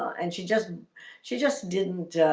and she just she just didn't